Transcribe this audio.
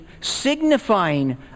signifying